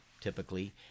typically